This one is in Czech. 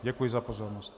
Děkuji za pozornost.